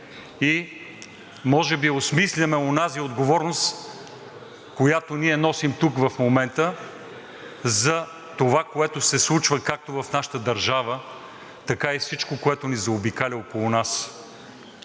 и може би осмисляме онази отговорност, която носим тук в момента за това, което се случва както в нашата държава, така и всичко, което ни заобикаля.